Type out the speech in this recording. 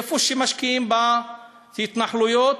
איפה שמשקיעים, בהתנחלויות,